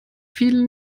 viele